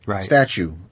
statue